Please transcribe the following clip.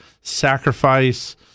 sacrifice